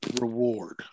reward